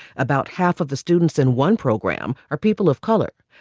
about half of the students in one program are people of color.